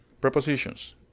Prepositions